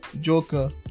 Joker